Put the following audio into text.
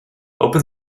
open